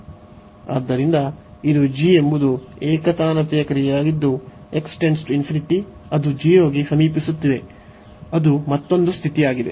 ಆದ್ದರಿಂದ ಇದು g ಎಂಬುದು ಏಕತಾನತೆಯ ಕ್ರಿಯೆಯಾಗಿದ್ದು ಅದು 0 ಗೆ ಸಮೀಪಿಸುತ್ತಿದೆ ಅದು ಮತ್ತೊಂದು ಸ್ಥಿತಿಯಾಗಿದೆ